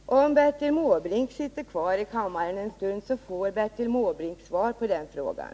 Herr talman! Om Bertil Måbrink sitter kvar i kammaren en stund, så får han svar på den frågan.